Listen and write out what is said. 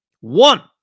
one